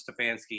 Stefanski